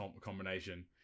combination